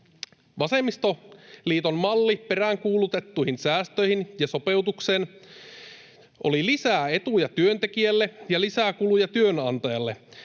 Vasemmistoliiton mallit peräänkuulutettuihin säästöihin ja sopeutukseen olivat lisää etuja työntekijälle ja lisää kuluja työnantajalle.